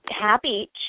happy